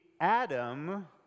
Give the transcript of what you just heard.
Adam